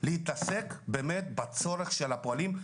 להתעסק בצורך של הפועלים.